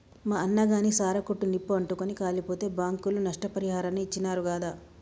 మా అన్నగాని సారా కొట్టు నిప్పు అంటుకుని కాలిపోతే బాంకోళ్లు నష్టపరిహారాన్ని ఇచ్చినారు గాదా